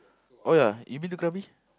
oh ya you've been to Krabi